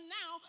now